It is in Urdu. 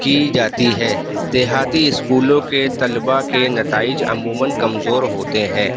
کی جاتی ہے دیہاتی اسکولوں کے طلباء کے نتائج عموماً کمزور ہوتے ہیں